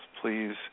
Please